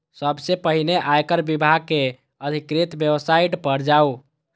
सबसं पहिने आयकर विभाग के अधिकृत वेबसाइट पर जाउ